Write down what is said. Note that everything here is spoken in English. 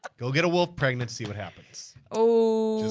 ah go get a wolf pregnant, see what happens. oh!